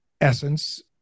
Essence